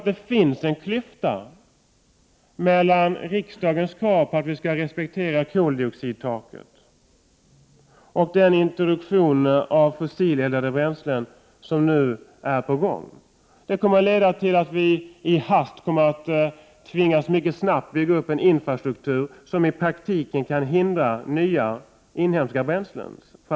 Det finns en klyfta mellan riksdagens krav på att vi skall respektera beslutet om koldioxidtaket och den introduktion av fossileldade bränslen som nu är på gång. Det kommer att leda till att vi i en hast tvingas bygga upp en infrastruktur som i praktiken kan hindra framväxten av nya inhemska bränslen.